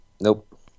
Nope